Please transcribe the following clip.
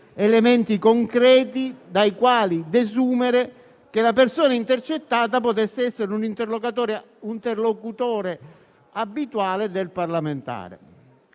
elementi concreti dai quali desumere che la persona intercettata potesse essere un interlocutore abituale del parlamentare.